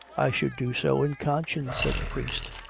i should do so in conscience, said the priest.